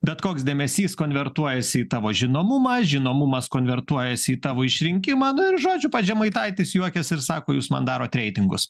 bet koks dėmesys konvertuojasi į tavo žinomumą žinomumas konvertuojasi į tavo išrinkimą nu ir žodžiu pats žemaitaitis juokiasi ir sako jūs man darot reitingus